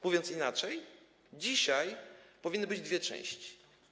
Mówiąc inaczej, dzisiaj powinny być dwie części.